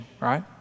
right